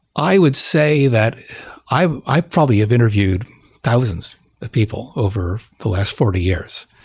i would say that i probably have interviewed thousands of people over the last forty years.